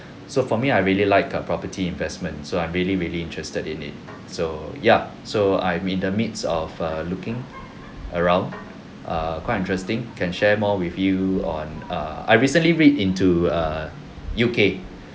so for me I really like property investment so I am really really interested in it so ya so I'm in the mid of looking around uh quite interesting can share more with you I recently read into uh U_K